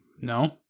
No